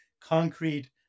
concrete